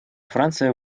франция